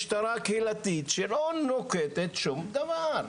משטרה קהילתית שלא נוקטת שום דבר,